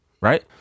right